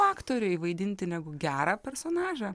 aktoriui vaidinti negu gerą personažą